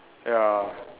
ya